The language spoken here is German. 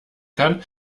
kann